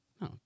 no